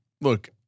look